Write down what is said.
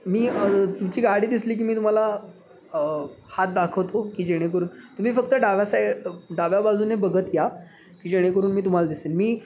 मी तुमची गाडी दिसली की मी तुम्हाला हात दाखवतो की जेणेकरून तुम्ही फक्त डाव्या साईड डाव्या बाजूने बघत या की जेणेकरून मी तुम्हाला दिसेन मी